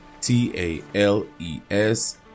T-A-L-E-S